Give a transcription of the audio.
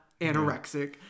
anorexic